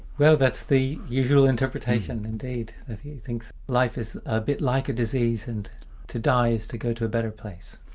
that's the usual interpretation, indeed, that he thinks life is a bit like a disease, and to die is to go to a better place.